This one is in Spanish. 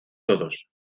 todos